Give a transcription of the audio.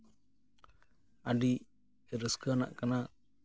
ᱟᱹᱰᱤ ᱨᱟᱹᱥᱠᱟᱹ ᱟᱱᱟᱜ ᱠᱟᱱᱟ